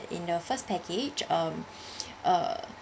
in the first package um uh